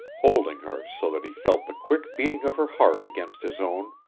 holding her so that he felt the quick beating of her heart against his own,